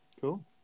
Cool